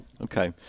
Okay